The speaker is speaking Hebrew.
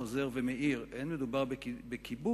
חוזר ומעיר: אין מדובר בכיבוש,